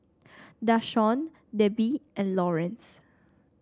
Dashawn Debi and Laurence